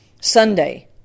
Sunday